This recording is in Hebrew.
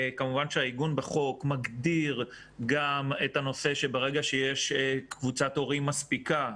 כמובן שהעיגון בחוק מגדיר גם את הנושא שברגע שיש קבוצת הורים מספיקה,